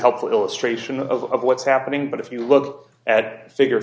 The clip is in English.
helpful illustration of what's happening but if you look at figure